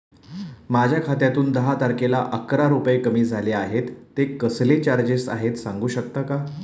माझ्या खात्यातून दहा तारखेला अकरा रुपये कमी झाले आहेत ते कसले चार्जेस आहेत सांगू शकता का?